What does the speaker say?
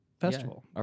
festival